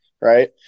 Right